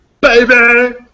baby